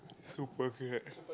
super correct